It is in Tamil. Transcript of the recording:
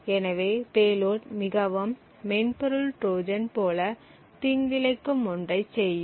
எனவே பேலோட் மிகவும் மென்பொருள் ட்ரோஜன் போல தீங்கிழைக்கும் ஒன்றைச் செய்யும்